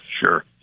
Sure